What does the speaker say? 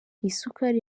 isukari